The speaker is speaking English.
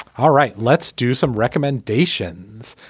all right let's do some recommendations.